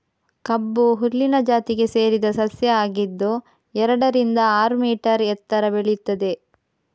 ಕಬ್ಬು ಹುಲ್ಲಿನ ಜಾತಿಗೆ ಸೇರಿದ ಸಸ್ಯ ಆಗಿದ್ದು ಎರಡರಿಂದ ಆರು ಮೀಟರ್ ಎತ್ತರ ಬೆಳೀತದೆ